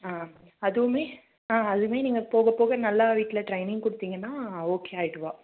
ஆ அதுவுமே ஆ அதுவுமே நீங்கள் போக போக நல்லா வீட்டில் ட்ரெயினிங் கொடுத்தீங்கன்னா ஓகே ஆகிடுவா